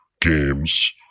games